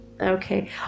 Okay